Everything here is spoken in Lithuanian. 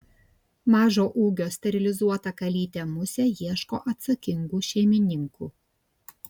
mažo ūgio sterilizuota kalytė musė ieško atsakingų šeimininkų